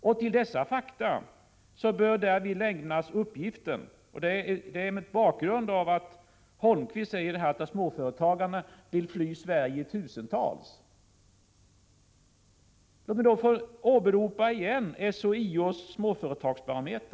Mot bakgrund av att Erik Holmkvist säger att småföretagare vill fly Sverige i tusental vill jag på nytt åberopa SHIO:s Småföretagsbarometer.